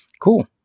Cool